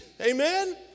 Amen